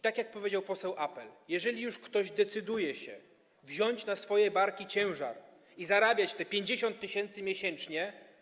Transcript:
Tak jak powiedział poseł Apel: jeżeli już ktoś decyduje się wziąć na swoje barki ciężar i zarabiać te 50 tys. miesięcznie.